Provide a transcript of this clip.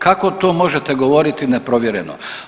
Kako to možete govoriti neprovjereno?